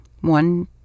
One